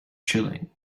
chilling